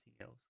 else